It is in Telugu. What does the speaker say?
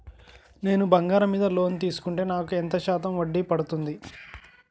నేను బంగారం మీద లోన్ తీసుకుంటే నాకు ఎంత శాతం వడ్డీ పడుతుంది?